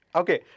okay